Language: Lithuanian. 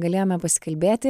galėjome pasikalbėti